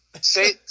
say